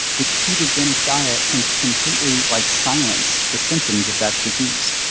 the ketogenic diet can completely like silence the symptoms of that disease.